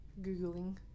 googling